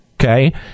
Okay